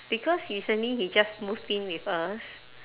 because recently he just moved in with us